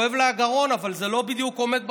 כואב לה הגרון, אבל זה לא בדיוק עומד בקריטריונים.